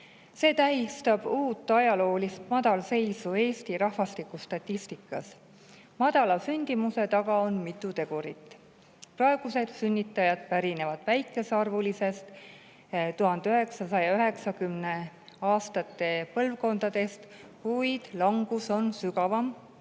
See tähistab uut ajaloolist madalseisu Eesti rahvastikustatistikas. Madala sündimuse taga on mitu tegurit. Praegused sünnitajad pärinevad väikesearvulisest 1990. aastate põlvkonnast, kuid langus on sügavam,